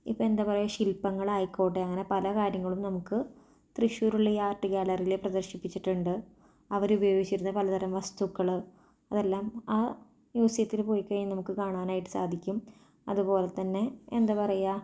ഇപ്പം എന്താ പറയുക ശിൽപ്പങ്ങളായിക്കോട്ടേ അങ്ങനെ പല കാര്യങ്ങളും നമുക്ക് തൃശ്ശൂരുള്ള ഈ ആർട്ട് ഗാലറീല് പ്രദർശിപ്പിച്ചിട്ടുണ്ട് അവരുപയോഗിച്ചിരുന്ന പലതരം വസ്തുക്കള് അതെല്ലാം ആ മ്യൂസിയത്തില് പോയിക്കഴിഞ്ഞാൽ നമുക്ക് കാണാനായിട്ട് സാധിക്കും അതുപോലെ തന്നെ എന്താ പറയുക